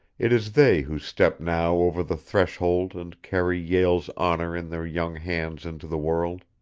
it is they who step now over the threshold and carry yale's honor in their young hands into the world.